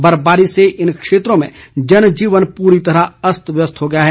बर्फबारी से इन क्षेत्रों में जनजीवन पूरी तरह अस्त व्यस्त हो गया है